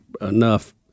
enough